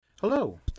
Hello